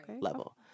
level